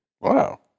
Wow